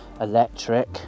electric